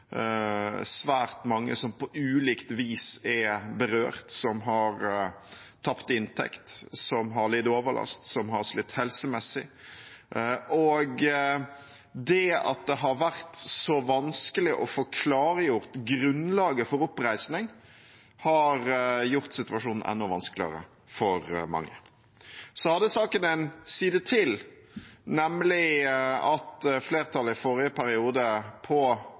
Svært mange er på ulikt vis berørt, de har tapt inntekt, lidd overlast og slitt helsemessig. Det at det har vært så vanskelig å få klargjort grunnlaget for oppreisning, har gjort situasjonen enda vanskeligere for mange. Så hadde saken en side til, nemlig at flertallet i forrige periode